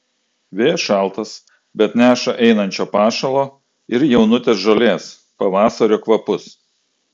vėjas šaltas bet neša einančio pašalo ir jaunutės žolės pavasario kvapus